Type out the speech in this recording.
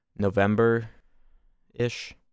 November-ish